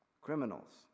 criminals